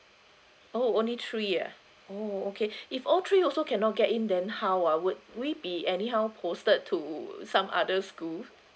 oh only three ah oh okay if all three also cannot get in then how ah would we be anyhow posted to some other school